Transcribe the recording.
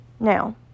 Now